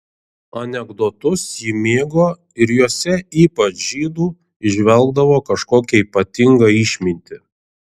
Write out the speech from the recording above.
anekdotus ji mėgo ir juose ypač žydų įžvelgdavo kažkokią ypatingą išmintį